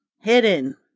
hidden